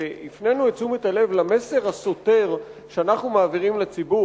והפנינו את תשומת הלב למסר הסותר שאנחנו מעבירים לציבור.